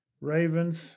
Ravens